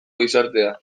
gizartea